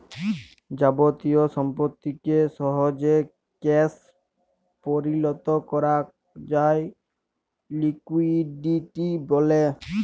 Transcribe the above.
যাবতীয় সম্পত্তিকে সহজে ক্যাশ পরিলত করাক যায় লিকুইডিটি ব্যলে